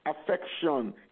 Affection